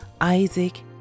Isaac